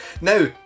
Now